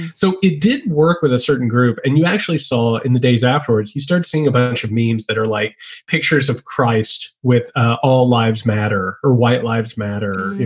so it did work with a certain group. and you actually saw in the days afterwards you started seeing a bunch of means that are like pictures of christ with ah all lives matter or white lives matter, you